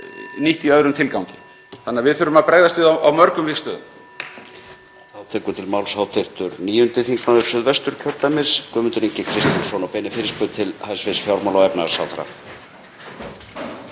nýtt í öðrum tilgangi þannig að við þurfum að bregðast við á mörgum vígstöðvum.